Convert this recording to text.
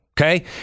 okay